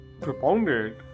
Propounded